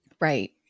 Right